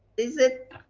is it,